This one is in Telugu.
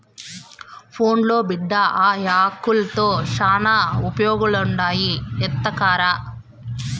పోన్లే బిడ్డా, ఆ యాకుల్తో శానా ఉపయోగాలుండాయి ఎత్తకరా